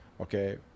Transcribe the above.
Okay